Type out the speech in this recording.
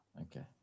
Okay